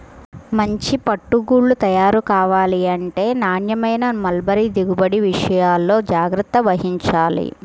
మంచి పట్టు గూళ్ళు తయారు కావాలంటే నాణ్యమైన మల్బరీ దిగుబడి విషయాల్లో జాగ్రత్త వహించాలి